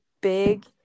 big